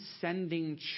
sending